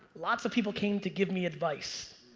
lot's of people came to give me advice.